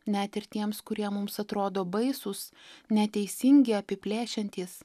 net ir tiems kurie mums atrodo baisūs neteisingi apiplėšiantys